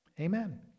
Amen